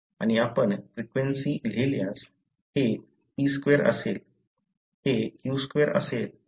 आणि आपण फ्रिक्वेन्सी लिहिल्यास हे p2 असेल हे q2 असेल आणि हे pq असेल